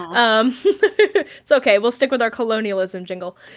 um it's okay, we'll stick with our colonialism jingle.